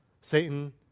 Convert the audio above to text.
Satan